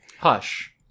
Hush